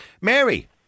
Mary